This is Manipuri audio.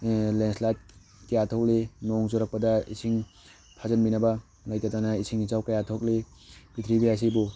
ꯂꯦꯟꯁꯂꯥꯏꯠ ꯀꯌꯥ ꯊꯣꯛꯂꯤ ꯅꯣꯡ ꯆꯨꯔꯛꯄꯗ ꯏꯁꯤꯡ ꯐꯥꯖꯤꯟꯕꯤꯅꯕ ꯂꯩꯇꯗꯅ ꯏꯁꯤꯡ ꯏꯆꯥꯎ ꯀꯌꯥ ꯊꯣꯛꯂꯤ ꯄꯤꯛꯊ꯭ꯔꯤꯕꯤ ꯑꯁꯤꯕꯨ